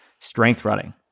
strengthrunning